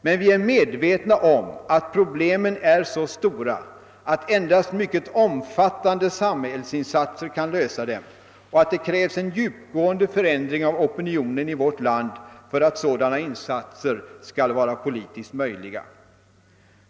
Men vi är medvetna om att problemen är så stora att endast mycket omfattande samhällsinsatser kan lösa dem och att det krävs en djupgående förändring av opinionen i vårt land för att sådana insatser skall vara politiskt möjliga.